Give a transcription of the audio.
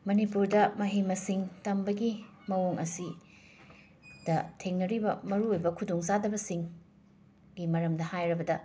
ꯃꯅꯤꯄꯨꯔꯗ ꯃꯍꯩ ꯃꯁꯤꯡ ꯇꯝꯕꯒꯤ ꯃꯑꯣꯡ ꯑꯁꯤꯗ ꯊꯦꯡꯅꯔꯤꯕ ꯃꯔꯨ ꯑꯣꯏꯕ ꯈꯨꯗꯣꯡ ꯆꯥꯗꯕꯁꯤꯡꯒꯤ ꯃꯔꯝꯗ ꯍꯥꯏꯔꯕꯗ